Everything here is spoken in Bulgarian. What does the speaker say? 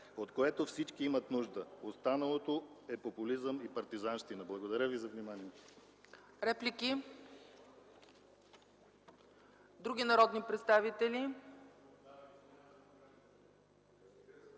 от което всички имат нужда. Останалото е популизъм и партизанщина! Благодаря ви.